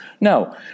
No